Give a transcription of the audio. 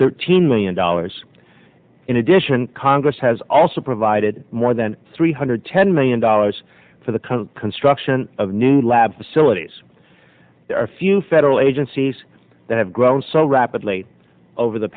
thirteen million dollars in addition congress has also provided more than three hundred ten million dollars for the cunt construction of new lab facilities there are few federal agencies that have grown so rapidly over the